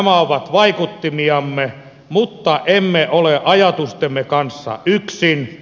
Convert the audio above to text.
nämä ovat vaikuttimiamme mutta emme ole ajatustemme kanssa yksin